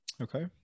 okay